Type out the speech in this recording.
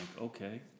okay